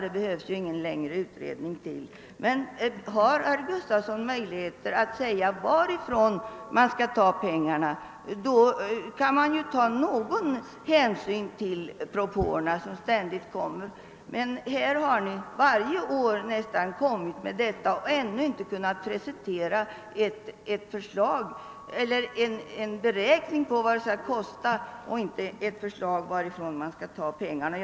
Men jag vill fråga herr Gustavsson om han har möjlighet att säga varifrån pengarna skall tas. Då skulle man mer kunna beakta de propåer som kommer nästan varje år. Men ni har ännu inte kunnat presentera en beräkning på vad det skulle kosta eller ens ange varifrån pengarna skulle tas.